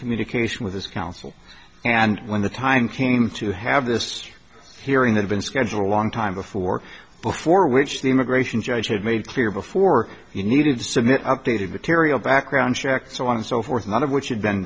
communication with his counsel and when the time came to have this hearing that been scheduled a long time before before which the immigration judge had made clear before he needed to submit updated material background checks so on and so forth none of which had been